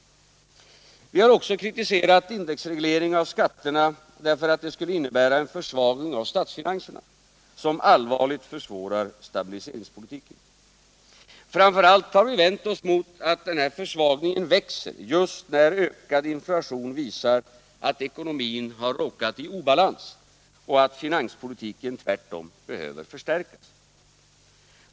Vi har också kritiserat indexreglering av skatterna därför att den skulle innebära en försvagning av statsfinanserna som allvarligt försvårar stabiliseringspolitiken. Framför allt har vi vänt oss mot att denna försvagning växer just när ökad inflation visar att ekonomin råkat i obalans och att finanspolitiken tvärtom behöver förstärkas.